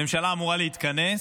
הממשלה אמורה להתכנס,